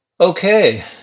okay